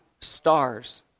Stars